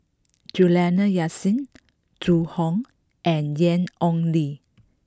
Juliana Yasin Zhu Hong and Ian Ong Li